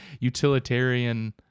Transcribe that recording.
utilitarian